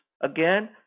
again